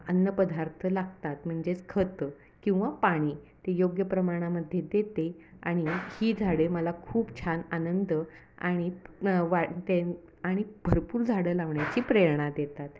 अन्नपदार्थ लागतात म्हणजेच खतं किंवा पाणी ते योग्य प्रमाणामध्ये देते आणि ही झाडे मला खूप छान आनंद आणि न वा ते आणि भरपूर झाडं लावण्याची प्रेरणा देतात